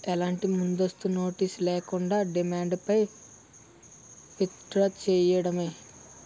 ఎలాంటి ముందస్తు నోటీస్ లేకుండా, డిమాండ్ పై విత్ డ్రా చేయడమే